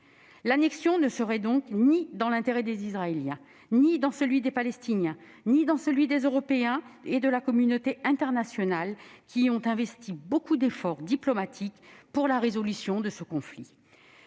L'annexion ne serait donc dans l'intérêt ni des Israéliens, ni des Palestiniens, ni des Européens, ni de la communauté internationale, qui ont investi beaucoup d'efforts diplomatiques pour la résolution du conflit.